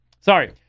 Sorry